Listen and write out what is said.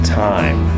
time